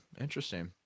Interesting